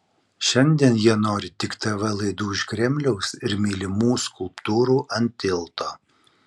šiandien jie nori tik tv laidų iš kremliaus ir mylimų skulptūrų ant tilto